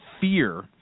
fear